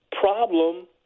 problem